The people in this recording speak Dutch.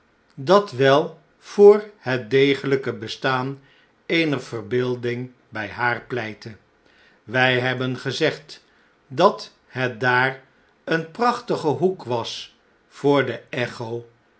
dat wel voor het degelijke bestaan eener verbeelding bjj haar pleitte wij hebben gezegd dat het daar een prachtige hoek was voor de echo